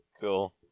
Cool